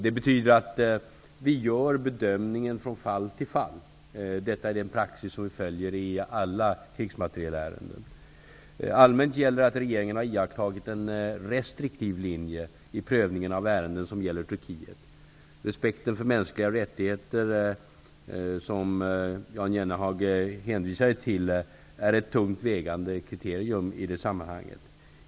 Det betyder att vi gör en bedömning från fall till fall. Detta är den praxis som vi följer i alla krigsmaterielärenden. Allmänt gäller att regeringen har iakttagit en restriktiv linje i prövningen av ärenden som gäller Turkiet. Respekten för mänskliga rättigheter, som Jan Jennehag hänvisade till, är ett tungt vägande kriterium i det sammanhanget.